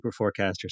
superforecasters